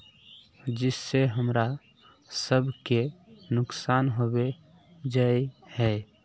जिस से हमरा सब के नुकसान होबे जाय है?